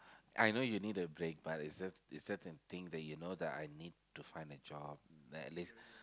I know you need the break but it's that certain thing that you know that I need to find a job then at least